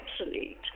obsolete